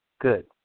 good